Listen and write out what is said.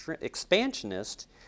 expansionist